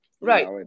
Right